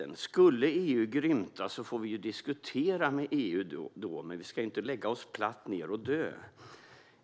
Om EU skulle grymta får vi diskutera med dem, men vi ska inte lägga oss platt ned och dö.